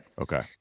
Okay